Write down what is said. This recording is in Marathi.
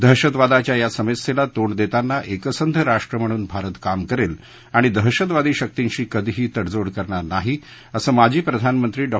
दहशतवादाच्या या समस्येला तोंड देताना एकसंध राष्ट्र म्हणून भारत काम करेल आणि दहशतवादी शक्तींशी कधीही तडजोड करणार नाही असं माजी प्रधानमंत्री डॉ